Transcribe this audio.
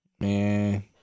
Man